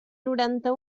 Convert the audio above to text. noranta